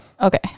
Okay